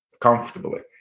comfortably